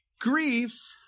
grief